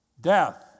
death